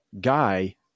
guy